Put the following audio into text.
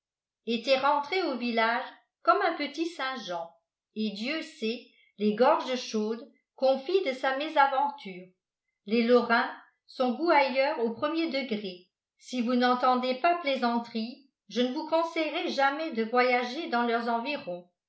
était rentré au village comme un petit saint jean et dieu sait les gorges chaudes qu'on fit de sa mésaventure les lorrains sont gouailleurs au premier degré si vous n'entendez pas plaisanterie je ne vous conseillerai jamais de voyager dans leurs environs